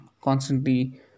constantly